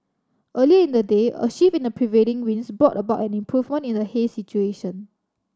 earlier in the day a shift in the prevailing winds brought about an improvement in the haze situation